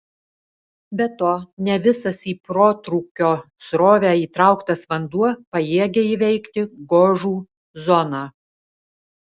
be to ne visas į protrūkio srovę įtrauktas vanduo pajėgia įveikti gožų zoną